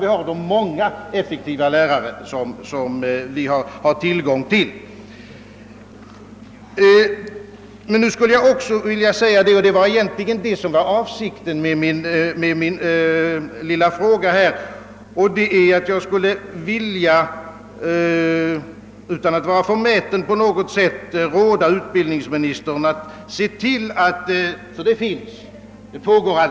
Vad som egentligen var avsikten med min lilla fråga var — och det vill jag säga utan att på något sätt vara förmäten — att jag ville råda utbildningsministern att se till att det också i fortsättningen kommer att finnas sådana.